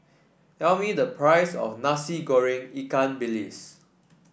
tell me the price of Nasi Goreng Ikan Bilis